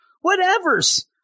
Whatever's